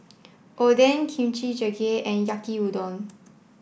Oden Kimchi Jjigae and Yaki Udon